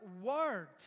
Word